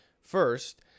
first